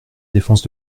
défense